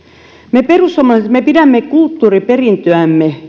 me perussuomalaiset pidämme kulttuuriperintöämme